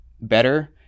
better